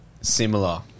similar